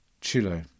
Chile